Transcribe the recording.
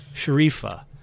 Sharifa